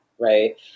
right